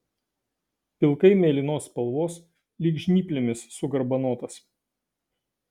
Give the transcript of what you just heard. pilkai mėlynos spalvos lyg žnyplėmis sugarbanotas